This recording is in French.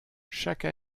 chaque